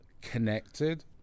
connected